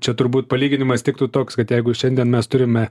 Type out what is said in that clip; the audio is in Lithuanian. čia turbūt palyginimas tiktų toks kad jeigu šiandien mes turime